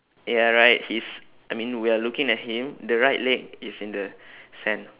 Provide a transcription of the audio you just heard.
ya right his I mean we are looking at him the right leg is in the sand